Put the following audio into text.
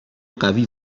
قوی